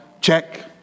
check